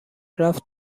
رفت